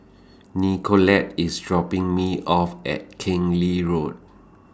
Nicolette IS dropping Me off At Keng Lee Road